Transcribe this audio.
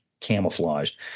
camouflaged